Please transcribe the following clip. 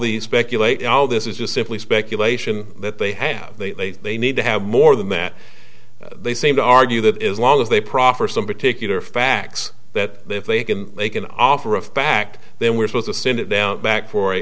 these speculate all this is just simply speculation that they have they they need to have more than that they seem to argue that as long as they proffer some particular facts that if they can make an offer a fact then we're supposed to send it down back for